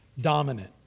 dominant